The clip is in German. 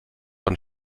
von